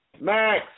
Max